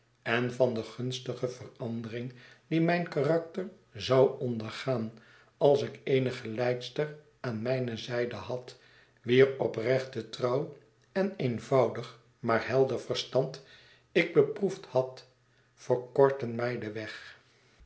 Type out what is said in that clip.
en van de gunstige verandering die mijn karakter zou ondergaan als ik eene geleidster aan mijne zijde had wier oprechte trouw en eenvoudig maar helder verstand ik beproefd had verkortten mij den weg